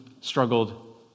struggled